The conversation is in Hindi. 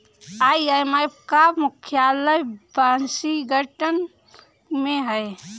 आई.एम.एफ का मुख्यालय वाशिंगटन में है